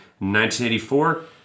1984